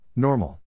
Normal